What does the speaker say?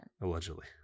Allegedly